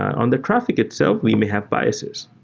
on the traffic itself, we may have biases,